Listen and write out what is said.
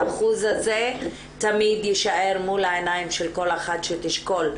האחוז הזה תמיד יישאר מול העיניים של כל אחת שתשקול,